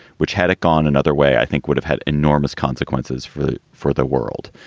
which had it gone another way, i think would have had enormous consequences for the for the world.